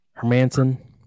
Hermanson